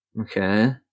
Okay